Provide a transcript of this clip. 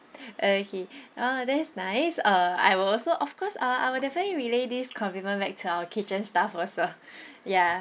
okay ah that's nice uh I will also of course ah I will definitely relay this compliment back to our kitchen staff also ya